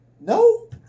No